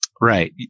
Right